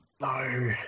No